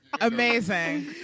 amazing